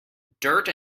dirt